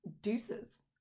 deuces